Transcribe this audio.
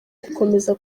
gukomeza